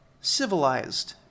civilized